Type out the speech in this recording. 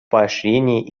поощрении